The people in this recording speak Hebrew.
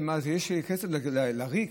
מה, יש כסף, לריק?